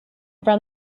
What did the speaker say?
from